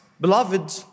Beloved